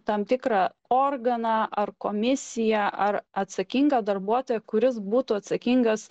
tam tikrą organą ar komisiją ar atsakingą darbuotoją kuris būtų atsakingas